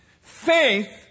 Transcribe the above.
Faith